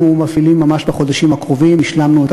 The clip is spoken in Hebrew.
אנחנו מפעילים ממש בחודשים הקרובים והשלמנו את